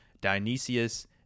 Dionysius